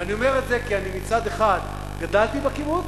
ואני אומר את זה כי אני מצד אחד גדלתי בקיבוץ,